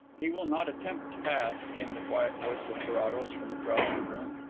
he will not attempt to pass, came the quiet voice of carrados from across the room.